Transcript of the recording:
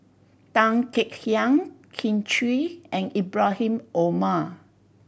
Tan Kek Hiang Kin Chui and Ibrahim Omar